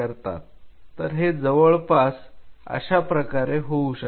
तर हे जवळपास अशाप्रकारे होऊ शकते